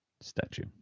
statue